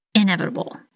inevitable